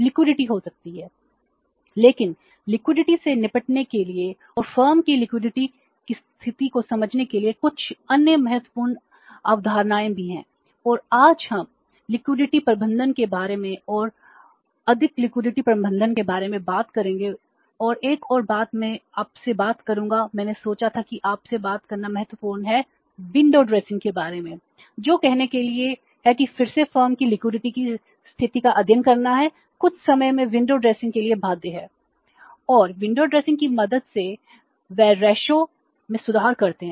लेकिन लिक्विडिटी के लिए बाध्य हैं